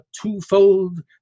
twofold